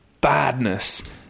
badness